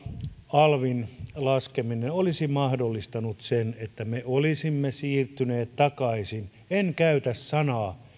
alvin laskeminen olisi mahdollistanut sen että me olisimme siirtyneet takaisin en käytä sanaa